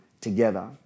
together